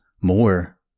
more